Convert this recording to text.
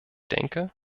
denke